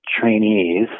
trainees